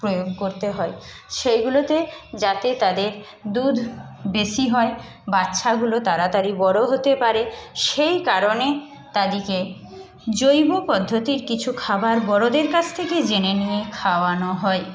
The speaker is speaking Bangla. প্রয়োগ করতে হয় সেইগুলোতে যাতে তাদের দুধ বেশি হয় বাচ্চাগুলো তাড়াতাড়ি বড় হতে পারে সেই কারণে তাদেরকে জৈব পদ্ধতির কিছু খাবার বড়োদের কাছ থেকে জেনে নিয়ে খাওয়ানো হয়